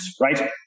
right